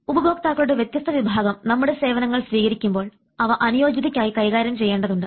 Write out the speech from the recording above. ഉപഭോക്താക്കളുടെ വ്യത്യസ്ത വിഭാഗം നമ്മുടെ സേവനങ്ങൾ സ്വീകരിക്കുമ്പോൾ അവ അനുയോജ്യതക്കായി കൈകാര്യം ചെയ്യേണ്ടതുണ്ട്